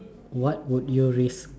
what will your risk